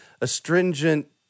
astringent